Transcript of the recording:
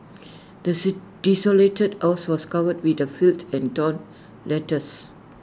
this desolated house was covered with the filth and torn letters